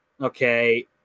okay